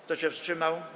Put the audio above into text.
Kto się wstrzymał?